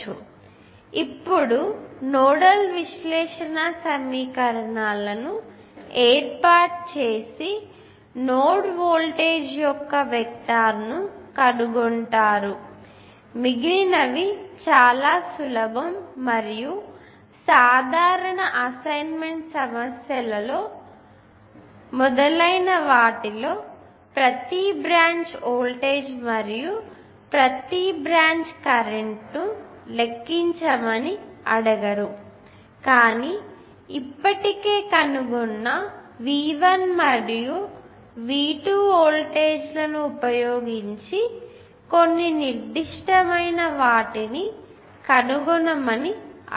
కాబట్టి ఇప్పుడు నోడల్ విశ్లేషణ సమీకరణాలను ఏర్పాటు చేసి మరియు నోడ్ వోల్టేజీ యొక్క వెక్టర్ ని కనుగొంటాము మిగిలినవి చాలా సులభం మరియు సాధారణంగా అసైన్మెంట్ సమస్యలలో మరియు మొదలైన వాటిలో ప్రతి బ్రాంచ్ వోల్టేజ్ మరియు ప్రతి బ్రాంచ్ కరెంట్ లెక్కించమని అడగరు కానీ ఇప్పటికే కనుగొన్న V1 మరియు V2 వోల్టేజ్లను ఉపయోగించి కొన్ని నిర్దిష్టమైన వాటిని కనుగొనమని అడగవచ్చు